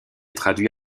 traduit